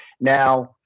Now